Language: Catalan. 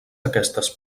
aquestes